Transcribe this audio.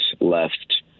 left